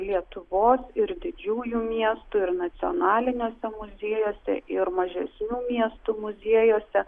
lietuvos ir didžiųjų miestų ir nacionaliniuose muziejuose ir mažesnių miestų muziejuose